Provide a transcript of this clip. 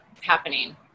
happening